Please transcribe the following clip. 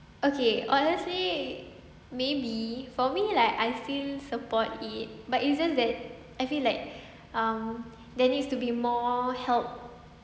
okay honestly maybe for me like I still support it but is just that I feel like um there needs to be more help